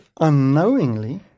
unknowingly